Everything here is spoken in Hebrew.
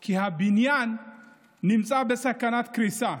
כי הבניין נמצא בסכנת קריסה